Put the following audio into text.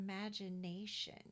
imagination